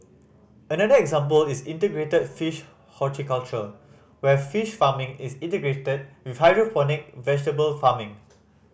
another example is integrated fish horticulture where fish farming is integrated with hydroponic vegetable farming